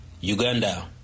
Uganda